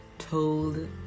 told